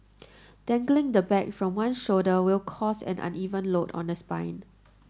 dangling the bag from one shoulder will cause an uneven load on the spine